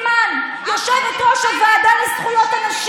אני קורא אותך לסדר קריאה בפעם ראשונה.